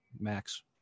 Max